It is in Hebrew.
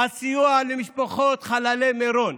סיוע למשפחות חללי מירון.